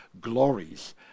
glories